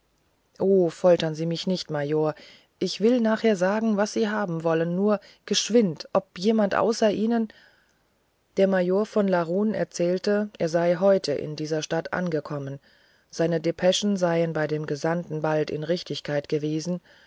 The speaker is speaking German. foltern sie mich nicht major ich will nachher sagen was sie haben wollen nur geschwind ob jemand außer ihnen der major von larun erzählte er sei heute in dieser stadt angekommen seine depeschen seien bei dem gesandten bald in richtigkeit gewesen